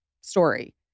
story